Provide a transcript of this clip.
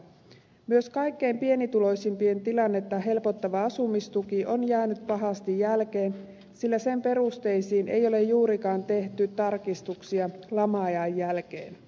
myös kaikkein pienituloisimpien tilannetta helpottava asumistuki on jäänyt pahasti jälkeen sillä sen perusteisiin ei ole juurikaan tehty tarkistuksia lama ajan jälkeen